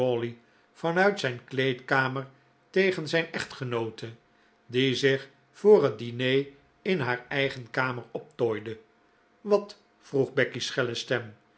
van uit zijn kleedkamer tegen zijn echtgenoote die zich voor het diner in haar eigen kamer optooide wat vroeg becky's schelle stem